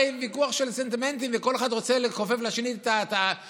הרי זה ויכוח של סנטימנטים וכל אחד רוצה לכופף לשני את היד.